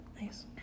nice